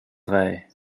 drei